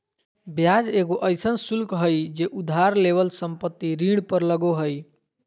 ब्याज एगो अइसन शुल्क हइ जे उधार लेवल संपत्ति ऋण पर लगो हइ